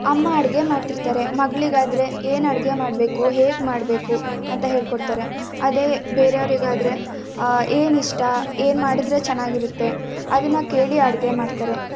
ಅಮ್ಮ ಅಡುಗೆ ಮಾಡ್ತಿರ್ತಾರೆ ಮಗಳಿಗಾದ್ರೆ ಏನು ಅಡುಗೆ ಮಾಡಬೇಕು ಹೇಗೆ ಮಾಡಬೇಕು ಅಂತ ಹೇಳ್ಕೊಡ್ತಾರೆ ಅದೇ ಬೇರೆಯವರಿಗಾದರೆ ಏನಿಷ್ಟ ಏನು ಮಾಡಿದರೆ ಚೆನ್ನಾಗಿರುತ್ತೆ ಅದನ್ನು ಕೇಳಿ ಅಡುಗೆ ಮಾಡ್ತಾರೆ